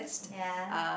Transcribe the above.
ya